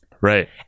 Right